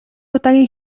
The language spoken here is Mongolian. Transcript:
удаагийн